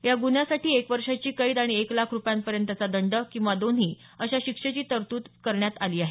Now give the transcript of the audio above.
या गुन्ह्यासाठी एक वर्षाची कैद आणि एक लाख रुपयांपर्यंतचा दंड किंवा दोन्ही अशा शिक्षेची तरतूद या विधेयकात आहे